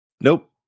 Nope